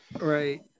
Right